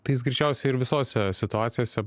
tai jis greičiausiai ir visose situacijose